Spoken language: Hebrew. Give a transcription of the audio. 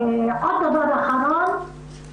עוד דבר אחרון,